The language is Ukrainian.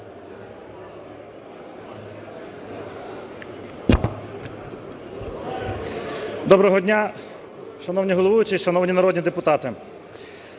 Доброго дня шановний головуючий, шановні народні депутати!